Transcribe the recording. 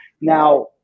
Now